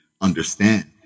understand